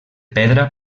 pedra